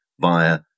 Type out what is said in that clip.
Via